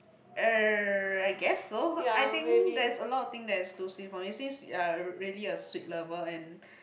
uh I guess so I think there is a lot of thing that is too sweet for me since you're really a sweet lover and